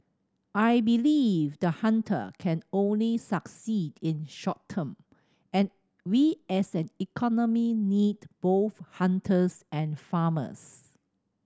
I believe the hunter can only succeed in short term and we as an economy need both hunters and farmers